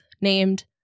named